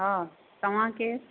हा तव्हां केरु